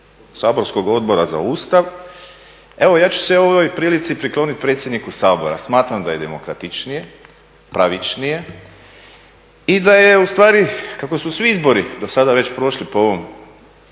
saborskog Odbora za Ustav? Evo ja ću se u ovoj prilici prikloniti predsjedniku Sabora. Smatram da je demokratičnije, pravičnije i da je ustvari kako su svi izbori dosada već prošli po ovom